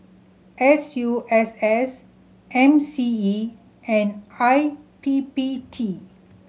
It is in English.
S U S S M C E and I P P T